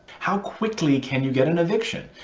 how quickly can you get an eviction?